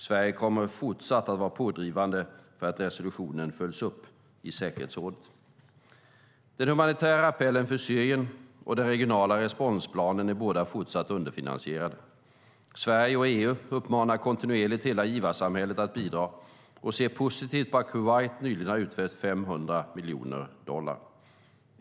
Sverige kommer fortsatt att vara pådrivande för att resolutionen följs upp i säkerhetsrådet. Den humanitära appellen för Syrien och den regionala responsplanen är båda fortsatt underfinansierade. Sverige och EU uppmanar kontinuerligt hela givarsamfundet att bidra och ser positivt på att Kuwait nyligen har utfäst 500 miljoner dollar.